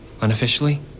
unofficially